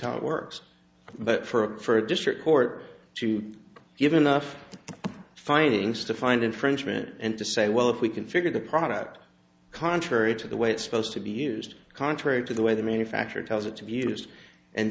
how it works but for a district court to give enough findings to find infringement and to say well if we configure the product contrary to the way it's supposed to be used contrary to the way the manufacturer tells it to